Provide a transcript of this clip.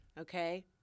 Okay